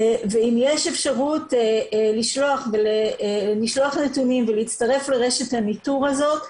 אם יש אפשרות לשלוח להם נתונים ולהצטרף לרשת הניטור הזאת,